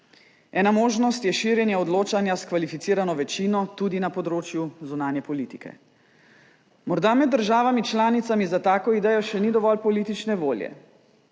Ena možnost je širjenje odločanja s kvalificirano večino, tudi na področju zunanje politike. Morda med državami članicami za tako idejo še ni dovolj politične volje,